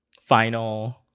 final